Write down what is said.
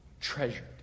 treasured